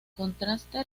contraste